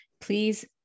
please